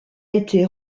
été